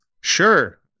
Sure